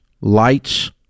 lights